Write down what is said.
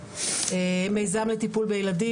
מיזם לטיפול בילדים,